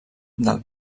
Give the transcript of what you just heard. del